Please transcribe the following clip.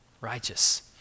righteous